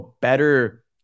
better